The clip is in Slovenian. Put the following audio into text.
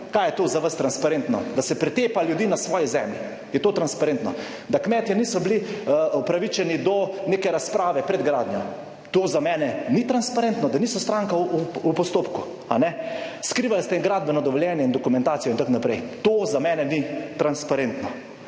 Kaj je to za vas transparentno? Da se pretepa ljudi na svoji zemlji? Je to transparentno, da kmetje niso bili upravičeni do neke razprave pred gradnjo, to za mene ni transparentno. Da niso stranka v postopku, a ne, skrivali ste jim gradbeno dovoljenje in dokumentacijo in tako naprej, to za mene ni transparentno,